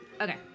Okay